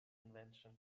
invention